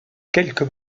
quelques